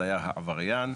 הדייר העבריין.